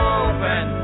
open